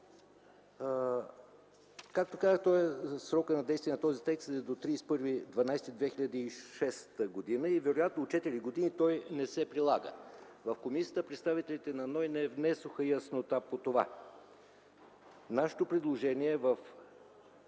Както казах, срокът на действие на този текст е до 31.12.2006 г., и вероятно от четири години той не се прилага. В комисията представителите на НОИ не внесоха яснота по това. Нашето предложение в